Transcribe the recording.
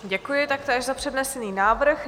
Děkuji taktéž za přednesený návrh.